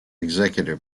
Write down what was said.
executive